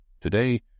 Today